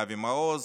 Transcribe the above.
לאבי מעוז,